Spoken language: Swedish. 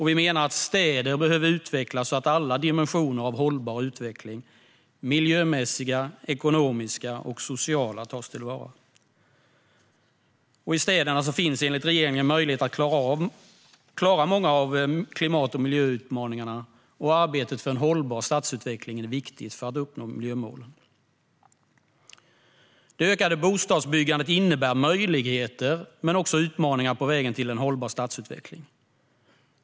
Vi menar att städer behöver utvecklas så att alla dimensioner av hållbar utveckling - miljömässiga, ekonomiska och sociala - tas till vara. I städerna finns enligt regeringen möjligheter att klara av många av klimat och miljöutmaningarna. Arbetet för en hållbar stadsutveckling är viktigt för att uppnå miljömålen. Det ökade bostadsbyggandet innebär möjligheter men också utmaningar på vägen till en hållbar stadsutveckling.